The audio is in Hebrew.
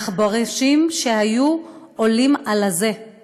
מעכברושים שהיו עולים על הזה";